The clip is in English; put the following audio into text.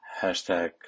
hashtag